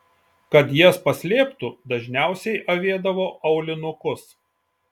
kad jas paslėptų dažniausiai avėdavo aulinukus